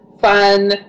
fun